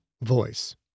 voice